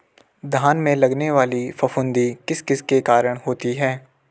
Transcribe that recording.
धान में लगने वाली फफूंदी किस किस के कारण होती है?